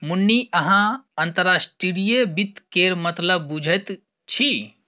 मुन्नी अहाँ अंतर्राष्ट्रीय वित्त केर मतलब बुझैत छी